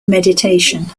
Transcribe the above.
meditation